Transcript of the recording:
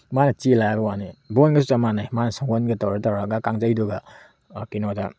ꯃꯥꯅ ꯆꯥꯜꯂꯦ ꯍꯥꯏꯕ ꯋꯥꯅꯤ ꯕꯣꯜꯒ ꯆꯞ ꯃꯥꯟꯅꯩ ꯃꯥꯅ ꯁꯒꯣꯜꯒ ꯇꯧꯔ ꯇꯧꯔꯒ ꯀꯥꯡꯖꯩꯗꯨꯒ ꯀꯩꯅꯣꯗ